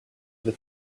the